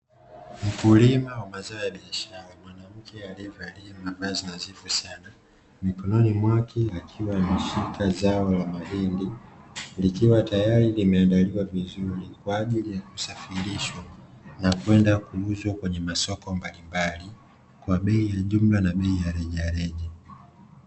Mkulima wa zao la biashara mwanamke ambae alievalia mavazi nadhifu sana, mikononi mwake akiwa ameshika zao la mahindi, likiwa tayari limeandaliwa vizuri kwa ajili ya kusafirishwa na kwenda kuuzwa kwenye masoko mbalimbali kwa bei ya jumla na reja reja.